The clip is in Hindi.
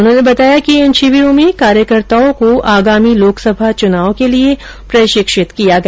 उन्होंने बताया कि इन शिविरों में कार्यकर्ताओं को आगामी लोकसभा चुनाव के लिए प्रशिक्षित किया गया